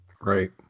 right